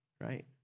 right